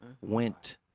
went